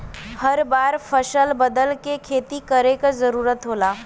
हर बार फसल बदल के खेती करे क जरुरत होला